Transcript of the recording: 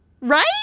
Right